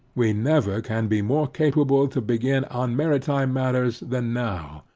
we never can be more capable to begin on maritime matters than now,